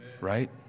right